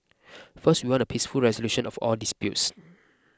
first we want a peaceful resolution of all disputes